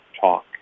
talk